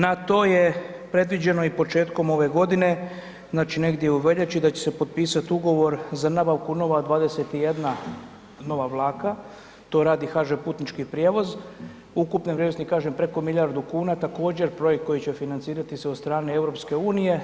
Na to je predviđeno početkom ove godine znači negdje u veljači da će se potpisati ugovor za nabavku nova 21 nova vlaka, to radi HŽ putnički prijevoz ukupne vrijednosti preko milijardu kuna, također projekt koji će financirati se od strane EU.